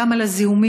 גם על הזיהומים,